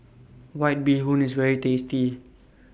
White Bee Hoon IS very tasty